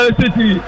city